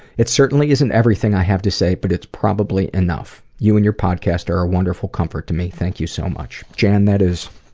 it certainly isn't everything i have to say but it's probably enough. you and your podcast are a wonderful comfort to me. thank you so much. jan, that is